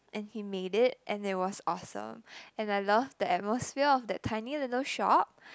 and he made it and it was awesome and I love the atmosphere of that tiny little shop